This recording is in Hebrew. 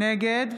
נגד